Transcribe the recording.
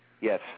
Yes